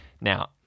Now